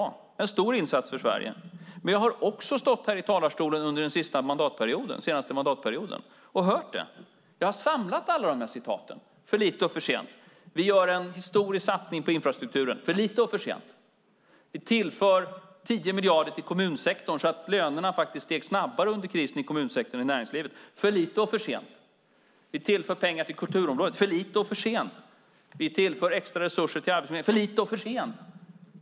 Det var en stor insats för Sverige. Men jag har också stått här i talarstolen under den senaste mandatperioden och hört "för lite och för sent". Jag har samlat alla de citaten. Vi gör en historisk satsning på infrastrukturen - "för lite och för sent". Vi tillförde 10 miljarder till kommunsektorn så att lönerna under krisen faktiskt steg snabbare i kommunsektorn än i näringslivet - "för lite och för sent". Vi tillför pengar till kulturområdet - "för lite och för sent". Vi tillför extra resurser till Arbetsförmedlingen - "för lite och för sent".